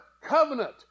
covenant